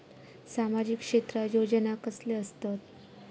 सामाजिक क्षेत्रात योजना कसले असतत?